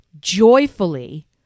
joyfully